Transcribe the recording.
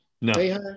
No